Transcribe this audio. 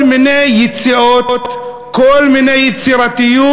כל מיני יציאות, כל מיני יצירתיות,